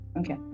okay